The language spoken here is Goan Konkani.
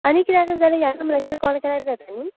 आनी कितें आसत जाल्यार ह्या नंबराचेर कॉल केल्यार जाता नी